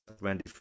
Randy